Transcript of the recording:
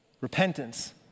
Repentance